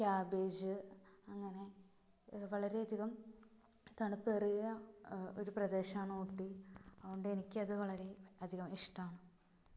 cabbage അങ്ങനെ വളരെയധികം തണുപ്പേറിയ ഒരു പ്രദേശമാണ് ഊട്ടി അതുകൊണ്ടെനിക്കത് വളരെ അധികം ഇഷ്ടമാണ്